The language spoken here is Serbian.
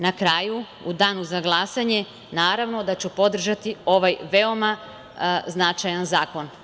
Na kraju, u danu za glasanje, naravno da ću podržati ovaj veoma značajan zakon.